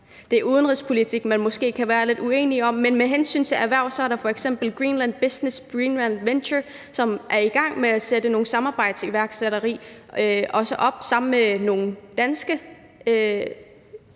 Det er udenrigspolitik, man måske kan være lidt uenige om, men med hensyn til erhverv er der f.eks. Greenland Business og Greenland Venture, som er i gang med at sætte noget samarbejde om iværksætteri op sammen med nogle lignende